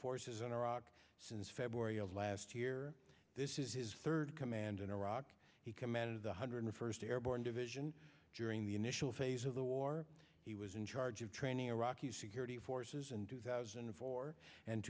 forces in iraq since february of last year this is his third command in iraq he commanded one hundred first airborne division during the initial phase of the war he was in charge of training iraqi security forces in two thousand and four and